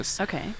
okay